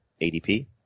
ADP